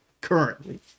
currently